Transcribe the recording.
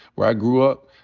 where i grew up.